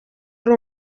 ari